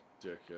dick